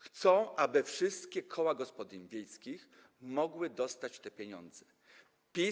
Chcą, aby wszystkie koła gospodyń wiejskich mogły dostać te pieniądze.